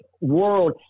world